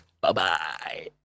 Bye-bye